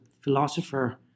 philosopher